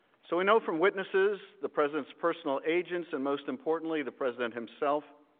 so we know from witnesses, the presidents personal agents, and most importantly the president himself,